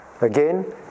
Again